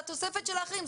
לתוספת של האחרים,